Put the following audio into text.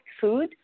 food